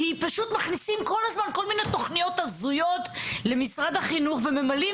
כי פשוט מכניסים כל הזמן כל מיני תוכניות הזויות למשרד החינוך וממלאים